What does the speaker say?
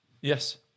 Yes